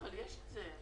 אבל יש את זה.